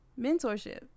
mentorship